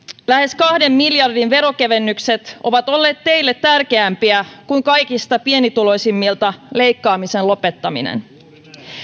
lähes kahden miljardin veronkevennykset ovat olleet teille tärkeämpiä kuin kaikista pienituloisimmilta leikkaamisen lopettaminen